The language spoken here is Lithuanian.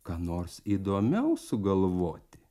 ką nors įdomiau sugalvoti